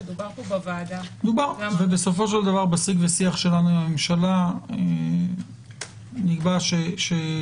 דובר פה בוועדה- -- בסופו של דבר בשיג ושיח שלנו עם הממשלה נקבע שמעבר